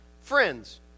Friends